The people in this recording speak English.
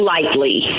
lightly